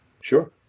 Sure